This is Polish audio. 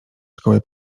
szkoły